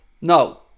No